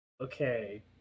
Okay